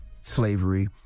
Slavery